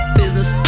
business